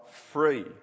free